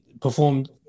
performed